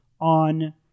on